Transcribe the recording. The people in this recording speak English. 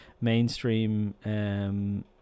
mainstream